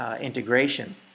integration